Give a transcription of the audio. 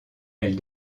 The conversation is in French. elle